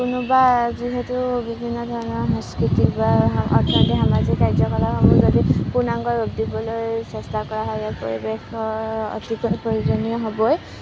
কোনোবা যিহেতু বিভিন্ন ধৰণৰ সংস্কৃতিৰ পৰা অহা অৰ্থনৈতিক সামাজিক কাৰ্য কলাপ সমূহ যদি পূৰ্ণাংগ ৰূপ দিবলৈ চেষ্টা কৰা হয় ইয়াত পৰিৱেশৰ অতিকৈ প্ৰয়োজনীয় হ'বই